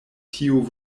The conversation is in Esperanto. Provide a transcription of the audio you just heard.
tiu